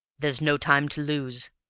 there's no time to lose.